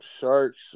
sharks